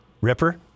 Ripper